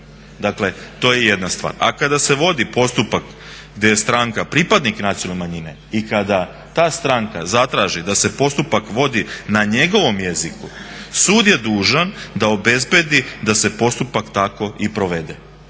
To je jedna stvar. A kada se vodi postupak gdje je stranka pripadnik nacionalne manjine i kada ta stranka zatraži da se postupak vodi na njegovom jeziku sud je dužan osigura da se postupak tako i provede.